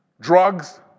drugs